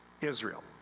Israel